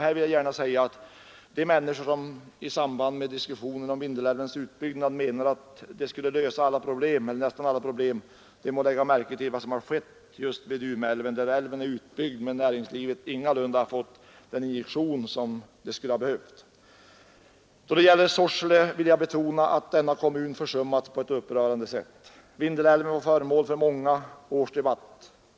Här vill jag gärna säga att de människor som i samband med diskussionen om Vindelälvens utbyggnad menade att den skulle lösa alla problem må lägga märke till vad som skett just med Umeälven. Den är utbyggd men näringslivet har ingalunda fått den injektion det behövt. Då det gäller Sorsele vill jag betona att denna kommun försummats på ett upprörande sätt. Vindelälven var föremål för många års debatt.